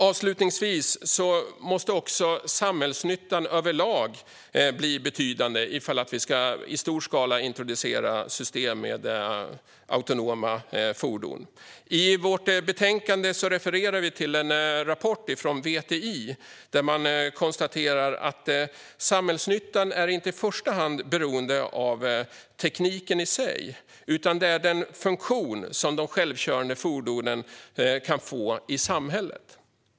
Avslutningsvis måste också samhällsnyttan överlag bli betydande ifall vi i stor skala ska introducera system med autonoma fordon. I vårt betänkande refererar vi till en rapport från VTI, där man konstaterar att samhällsnyttan inte i första hand är beroende av tekniken i sig, utan det handlar om den funktion som de självkörande fordonen kan få i samhället.